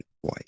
white